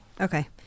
Okay